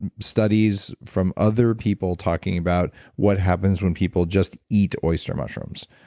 studies from other people talking about what happens when people just eat oyster mushrooms,